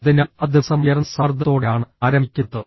അതിനാൽ ആ ദിവസം ഉയർന്ന സമ്മർദ്ദത്തോടെയാണ് ആരംഭിക്കുന്നത്